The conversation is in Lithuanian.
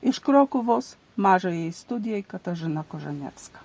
iš krokuvos mažajai studijai katažina kožanesvka